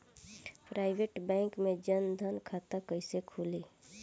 Private bank मे जन धन खाता कैसे खुली?